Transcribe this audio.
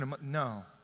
no